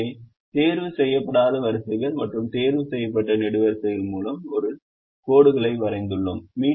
எனவே தேர்வு செய்யப்படாத வரிசைகள் மற்றும் தேர்வு செய்யப்பட்ட நெடுவரிசைகள் மூலம் ஒரு கோடுகளை வரைந்துள்ளோம்